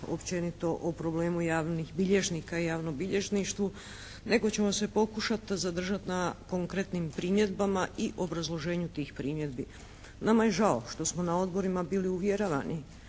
općenito o problemu javnih bilježnika i javnom bilježništvu, nego ćemo se pokušat zadržat na konkretnim primjedbama i obrazloženju tih primjedbi. Nama je žao što smo na odborima bili uvjeravani